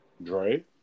Dre